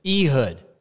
Ehud